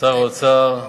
שר האוצר לשעבר,